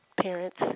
parents